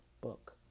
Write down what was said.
book